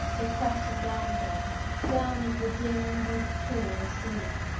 it pressed him down again down into a dim deep pool of sleep.